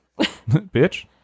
Bitch